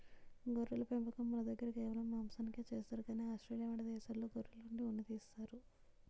గొర్రెల పెంపకం మనదగ్గర కేవలం మాంసానికే చేస్తారు కానీ ఆస్ట్రేలియా వంటి దేశాల్లో గొర్రెల నుండి ఉన్ని తీస్తారు